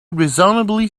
reasonably